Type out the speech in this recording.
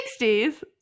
60s